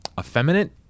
effeminate